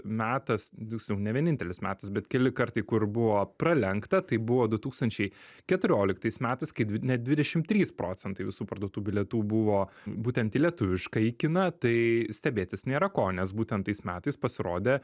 metas tiksliau ne vienintelis metas bet keli kartai kur buvo pralenkta tai buvo du tūkstančiai keturioliktais metais kai dvi net dvidešim trys procentai visų parduotų bilietų buvo būtent į lietuviškąjį kiną tai stebėtis nėra ko nes būten tais metais pasirodė